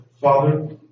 Father